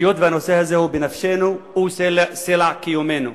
היות שהנושא הזה הוא בנפשנו, הוא סלע קיומנו.